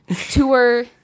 Tour